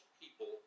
people